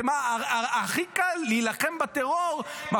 הכי קל להילחם בטרור --- תגנה את אחים לנשק.